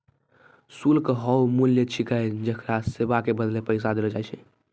शुल्क हौअ मूल्य छिकै जेकरा सेवा के बदले पैसा देलो जाय छै